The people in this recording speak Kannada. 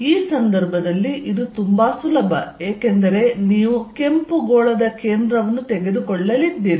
ಈ ಸಂದರ್ಭದಲ್ಲಿ ಇದು ತುಂಬಾ ಸುಲಭ ಏಕೆಂದರೆ ನೀವು ಕೆಂಪು ಗೋಳದ ಕೇಂದ್ರವನ್ನು ತೆಗೆದುಕೊಳ್ಳಲಿದ್ದೀರಿ